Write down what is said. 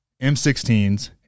M16s